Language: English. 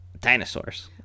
Dinosaurs